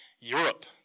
Europe